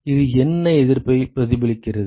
அது என்ன எதிர்ப்பை பிரதிபலிக்கிறது